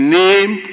name